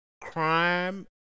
crime